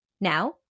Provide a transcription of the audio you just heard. Now